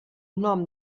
nom